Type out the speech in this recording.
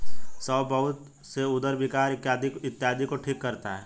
सौंफ बहुत से उदर विकार इत्यादि को ठीक करता है